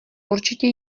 určitě